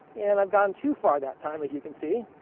and i've gone too far that time as you can see.